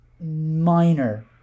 minor